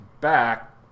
back